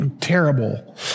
terrible